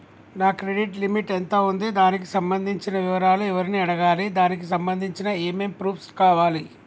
నా credit limit ఎంత ఉంది? దానికి సంబంధించిన వివరాలు ఎవరిని అడగాలి? దానికి సంబంధించిన ఏమేం ప్రూఫ్స్ కావాలి?